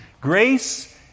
grace